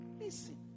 Listen